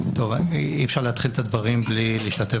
אי אפשר להתחיל את הדברים בלי להשתתף